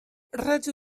rydw